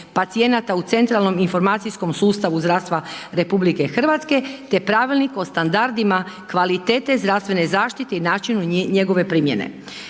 pacijenata u centralnom informacijskom sustavu zdravstva RH te Pravilnik o standardima kvalitete zdravstvene zaštite i načinu njegove primjene.